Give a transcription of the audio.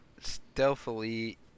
stealthily